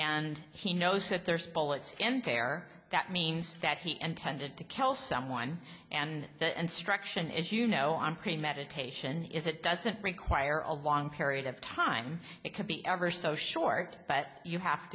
and he knows that there's bullets impair that means that he intended to kill someone and the instruction is you know on premeditation is it doesn't require a long period of time it could be ever so short but you have